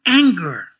anger